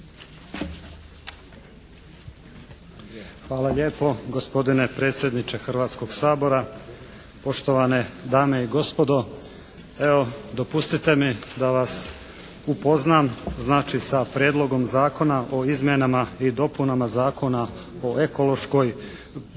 Hvala lijepo gospodine predsjedniče Hrvatskog sabora, poštovane dame i gospodo. Evo dopustite mi da vas upoznam znači sa Prijedlogom Zakona o izmjenama i dopunama Zakona o ekološkoj proizvodnji